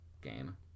game